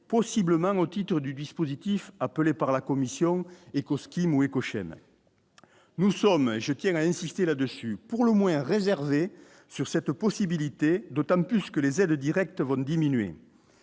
possible même au titre du dispositif appelé par la commission Ecosse Kimouyou nous sommes et je tiens à insister là-dessus, pour le moins réservé sur cette possibilité d'autant plus que les aides directes vont diminuer